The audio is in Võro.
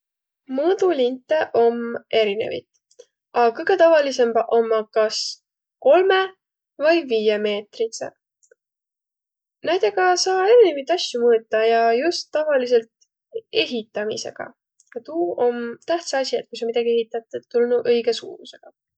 Mõõdulinte om erinevit. A kõgõ tavalisõmbaq ommaq kas kolmõ- vai viiemeetridseq. Näidega saa erinevit asju mõõta ja just tavaliselt ehitämisega. Ja tuu om tähtsä asi, et kui sa midägi ehität, et tuu olnuq õigõ suurusõgaq.